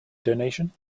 donation